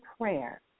prayer